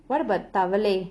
what about தவளை:thavalai